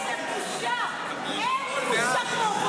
חבריי חברי הכנסת, 26 בעד, שישה נגד.